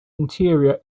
interior